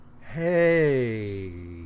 hey